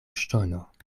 ŝtono